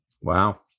Wow